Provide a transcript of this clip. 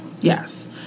Yes